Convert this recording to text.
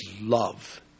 love